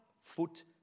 foot